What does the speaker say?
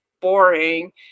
boring